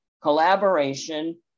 collaboration